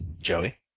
Joey